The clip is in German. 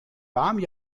warmen